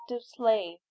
slave